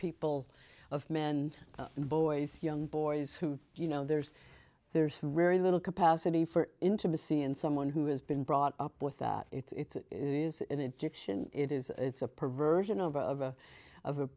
people of men and boys young boys who you know there's there's very little capacity for intimacy and someone who has been brought up with that it is an addiction it is it's a perversion of a of of